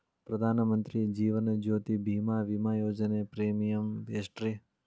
ಪ್ರಧಾನ ಮಂತ್ರಿ ಜೇವನ ಜ್ಯೋತಿ ಭೇಮಾ, ವಿಮಾ ಯೋಜನೆ ಪ್ರೇಮಿಯಂ ಎಷ್ಟ್ರಿ?